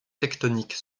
tectoniques